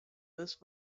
this